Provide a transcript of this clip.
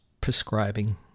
prescribing